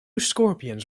scorpions